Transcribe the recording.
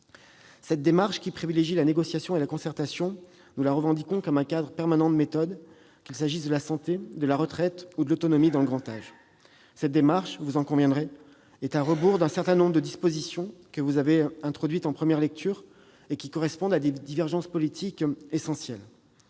Cette démarche, qui privilégie la négociation et la concertation, nous la revendiquons comme un cadre permanent de méthode, qu'il s'agisse de la santé, de la retraite ou de l'autonomie dans le grand âge. Elle est à rebours, vous en conviendrez, mesdames, messieurs les sénateurs, des dispositions que vous avez introduites en première lecture et qui témoignent de divergences politiques essentielles.